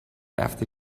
after